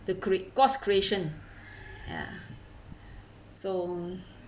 the great god's creation ya so